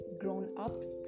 grown-ups